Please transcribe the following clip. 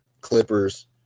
Clippers